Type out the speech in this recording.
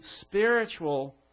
spiritual